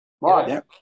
right